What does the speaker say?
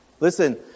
Listen